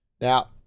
Now